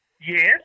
Yes